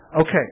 okay